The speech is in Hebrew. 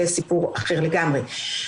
זה סיפור אחר לגמרי,